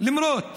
למרות